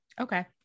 okay